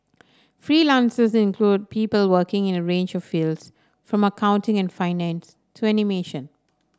freelancers include people working in a range of fields from accounting and finance to animation